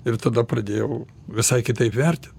ir tada pradėjau visai kitaip vertint